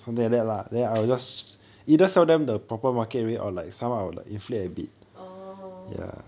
oh